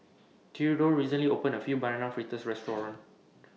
Theadore recently opened A few Banana Fritters Restaurant